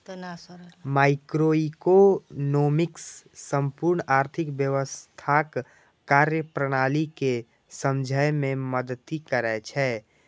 microeconomics संपूर्ण आर्थिक व्यवस्थाक कार्यप्रणाली कें समझै मे मदति करै छै